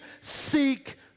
seek